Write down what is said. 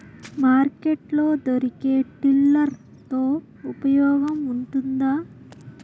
Market లో దొరికే tiller తో ఉపయోగం ఉంటుందా?